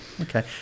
okay